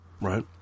right